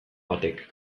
batek